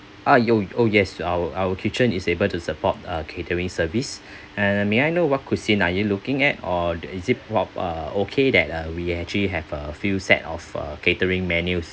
ah you oh yes our our kitchen is able to support uh catering service uh may I know what cuisine are you looking at or is it prob~ uh okay that (uh)we actually have a few set of uh catering menus